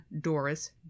Doris